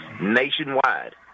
nationwide